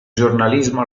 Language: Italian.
giornalismo